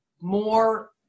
more